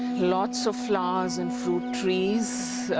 lots of flowers and fruit trees.